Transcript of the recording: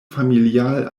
familial